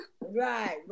right